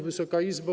Wysoka Izbo!